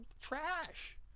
trash